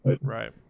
Right